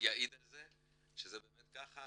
יעיד על כך שזה באמת כך.